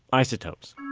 isotopes